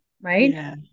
right